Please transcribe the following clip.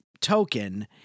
token